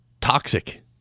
toxic